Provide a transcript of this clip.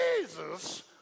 Jesus